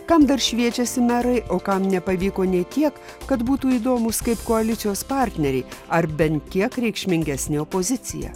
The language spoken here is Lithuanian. kam dar šviečiasi merai o kam nepavyko nei tiek kad būtų įdomūs kaip koalicijos partneriai ar bent kiek reikšmingesnė opozicija